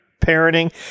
parenting